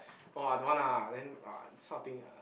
orh I don't want lah then !wah! this kind of thing uh